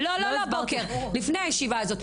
לא, לא הבוקר, לפני הישיבה הזאת.